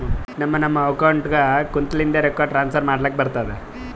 ನಮ್ ನಮ್ ಅಕೌಂಟ್ಗ ಕುಂತ್ತಲಿಂದೆ ರೊಕ್ಕಾ ಟ್ರಾನ್ಸ್ಫರ್ ಮಾಡ್ಲಕ್ ಬರ್ತುದ್